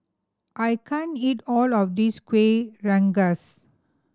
I can't eat all of this Kueh Rengas